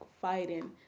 fighting